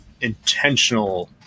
intentional